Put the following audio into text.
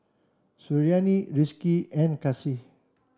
Suriani Rizqi and Kasih